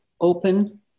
open